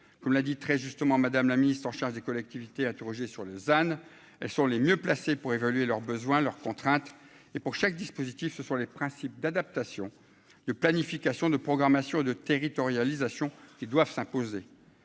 comme l'a dit très justement Madame la Ministre, en charge des collectivités, interrogé sur les ânes, elles sont les mieux placés pour évaluer leurs besoins, leurs contraintes et pour chaque dispositif sur les principes d'adaptation de planification de programmation de territorialisation qui doivent s'imposer